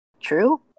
True